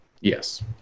Yes